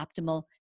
optimal